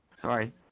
Sorry